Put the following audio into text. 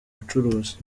bucuruzi